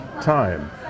time